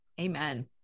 Amen